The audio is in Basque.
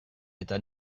eta